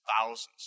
thousands